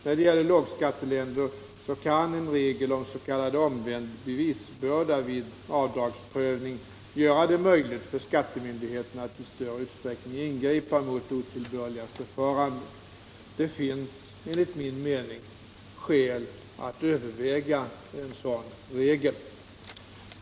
När det gäller lågskatteländer kan en regel om s.k. omvänd bevisbörda vid avdragsprövning göra det möjligt för skattemyndigheterna att i större utsträckning ingripa mot otillbörliga förfaranden. Det finns enligt min mening skäl att överväga en sådan regel.